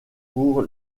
pour